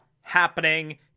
happening